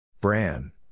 Bran